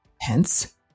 Hence